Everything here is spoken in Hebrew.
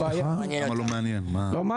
זאת הבעיה.